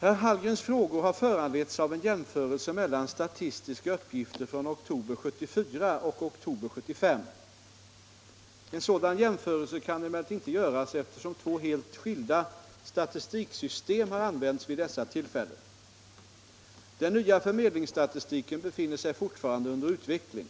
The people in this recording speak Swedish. Herr Hallgrens frågor har föranletts av en jämförelse mellan statistiska uppgifter från oktober 1974 och oktober 1975. En sådan jämförelse kan emellertid inte göras, eftersom två helt skilda statistiksystem har använts vid dessa tillfällen. Den nya förmedlingsstatistiken befinner sig fortfarande under utveckling.